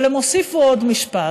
אבל הם הוסיפו עוד משפט.